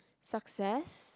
success